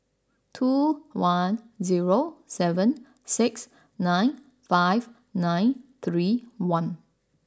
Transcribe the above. two one zero seven six nine five nine three one